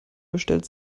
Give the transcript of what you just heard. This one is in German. bestellt